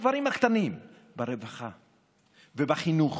בדברים הקטנים, ברווחה ובחינוך,